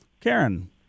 Karen